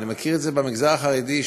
אני מכיר את זה במגזר החרדי,